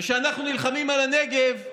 וכשאנחנו נלחמים על הנגב,